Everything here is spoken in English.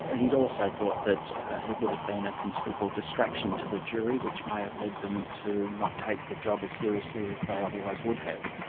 ah also thought that it would have been a considerable distraction to the jury which may have led them to not take the job as seriously as they otherwise would have.